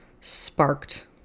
sparked